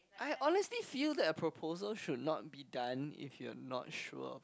I honestly feel that a proposal should not be done if you are not sure